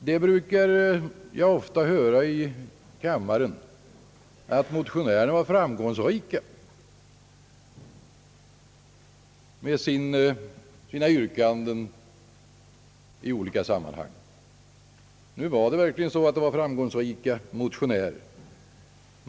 Man brukar i kammaren ofta i olika sammanhang säga att »motionärerna var framgångsrika» med sina yrkanden. I det här fallet var motionärerna verkligen framgångsrika.